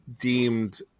deemed